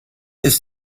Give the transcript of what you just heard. ist